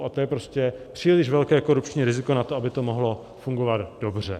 A to je prostě příliš velké korupční riziko na to, aby to mohlo fungovat dobře.